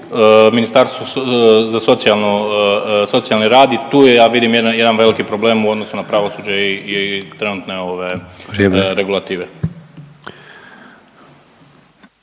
socijalno, za socijalni rad i tu je ja vidim jedan, jedan veliki problem u odnosu na pravosuđe i trenutne ove…/Upadica